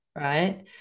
right